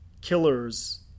killers